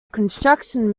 construction